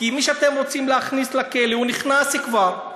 כי מי שאתם רוצים להכניס לכלא נכנס כבר.